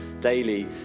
daily